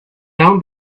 down